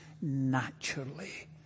naturally